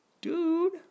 Dude